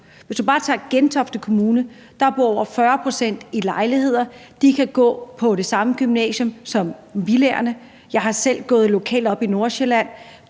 Hvis du bare tager Gentofte Kommune, så bor over 40 pct. i lejligheder, og de kan gå på det samme gymnasium som dem, der bor i villaerne. Jeg har selv gået på gymnasium i Nordsjælland,